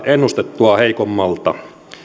ennustettua heikommilta